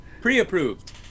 Pre-approved